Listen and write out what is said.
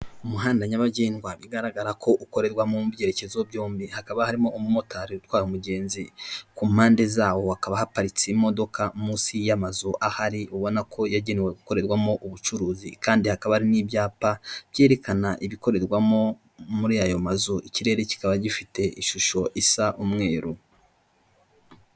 Aba rero urabona ko bambaye amakarita ndetse n'imyenda, bisa n'aho hari inama bari bitabiriye yiga ku bibazo runaka biba byugarije abaturage cyangwa biba byugarije igihugu, biterwa n'ingingo nyamukuru ihari.